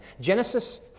Genesis